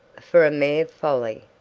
for a mere folly,